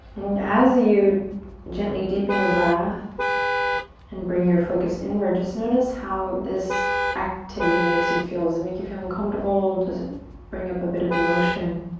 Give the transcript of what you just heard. as you gently deepen your breath and bring your focus inward just notice how this activity makes you feel. does it make you feel uncomfortable? does it bring up a bit of emotion?